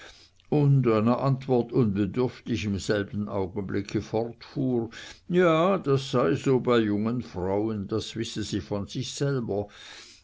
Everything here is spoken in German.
und einer antwort unbedürftig im selben augenblicke fortfuhr ja das sei so bei jungen frauen das wisse sie von sich selber